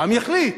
העם יחליט.